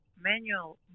manual